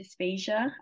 dysphagia